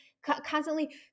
constantly